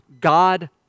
God